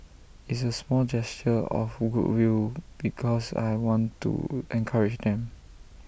it's A small gesture of goodwill because I want to encourage them